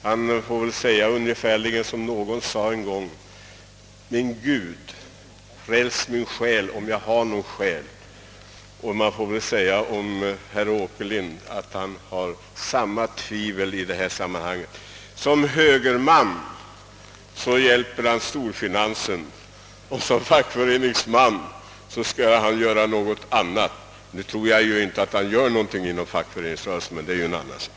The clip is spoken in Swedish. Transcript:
Han får väl därför säga som en person en gång sade: »Gud, min Gud, om det finns någon Gud, fräls min själ, om jag har någon själ.» Som högerman hjälper herr Åkerlind storfinansen och som fackföreningsman skall han göra något annat. Visserligen tror jag inte att herr Åkerlind uträttar någonting inom fackföreningsrörelsen, men det är en annan sak.